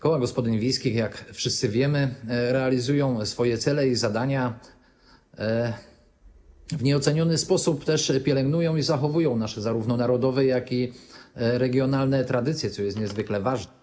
Koła gospodyń wiejskich, jak wszyscy wiemy, realizują swoje cele i zadania, w nieoceniony sposób pielęgnują i zachowują nasze zarówno narodowe, jak i regionalne tradycje, co jest niezwykle ważne.